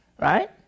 Right